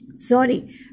Sorry